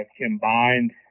combined